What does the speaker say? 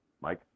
Mike